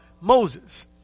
Moses